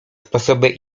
sposoby